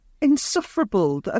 insufferable